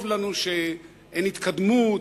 טוב לנו שאין התקדמות.